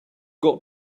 got